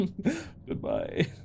Goodbye